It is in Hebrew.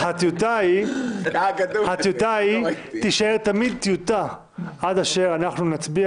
הטיוטה תישאר תמיד טיוטה עד אשר אנחנו נצביע